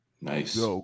Nice